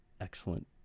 excellent